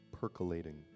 percolating